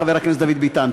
חבר הכנסת דוד ביטן.